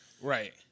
Right